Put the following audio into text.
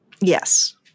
Yes